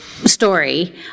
Story